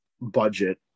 budget